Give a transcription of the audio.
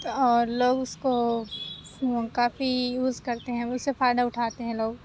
اور لوگ اُس کو کافی یوز کرتے ہیں اُس سے فائدہ اُٹھاتے ہیں لوگ